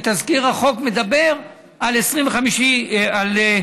ותזכיר החוק מדבר על 29 במרס,